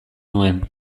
nuen